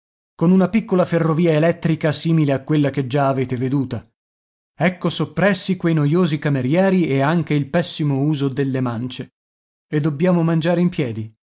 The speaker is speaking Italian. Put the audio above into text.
con una piccola ferrovia elettrica simile a quella che già avete veduta ecco soppressi quei noiosi camerieri e anche il pessimo uso delle mance e dobbiamo mangiare in piedi